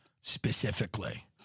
specifically